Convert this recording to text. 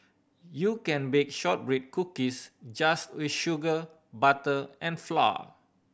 you can bake shortbread cookies just with sugar butter and flour